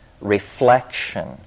reflection